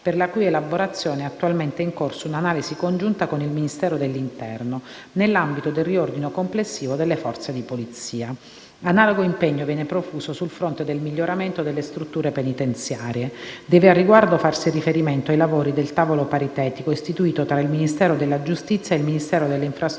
per la cui elaborazione è attualmente in corso un'analisi congiunta con il Ministero dell'interno, nell'ambito del riordino complessivo delle forze di polizia. Analogo impegno viene profuso sul fronte del miglioramento delle strutture penitenziarie. Deve, al riguardo, farsi riferimento ai lavori del tavolo paritetico, istituito tra il Ministero della giustizia ed il Ministero delle infrastrutture